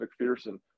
McPherson